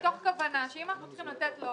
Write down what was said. מתוך כוונה שאם אנחנו צריכים לתת לו